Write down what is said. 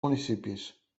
municipis